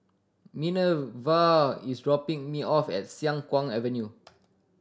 Minerva is dropping me off at Siang Kuang Avenue